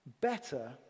better